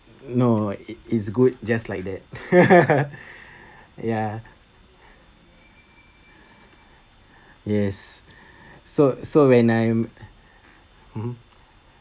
no it it's good just like that ya yes so so when I'm mmhmm